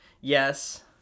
yes